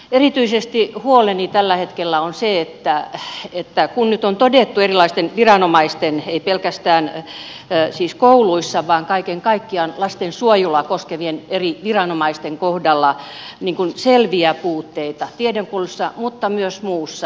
erityisesti huoleni tällä hetkellä on se että nyt on todettu erilaisten viranomaisten ei pelkästään siis kouluissa vaan kaiken kaikkiaan lastensuojelua koskevien eri viranomaisten kohdalla selviä puutteita tiedonkulussa mutta myös muussa